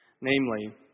Namely